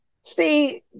See